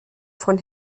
von